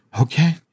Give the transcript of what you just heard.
Okay